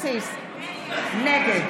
נגד